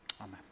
Amen